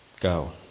go